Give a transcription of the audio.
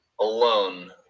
alone